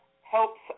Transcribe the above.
helps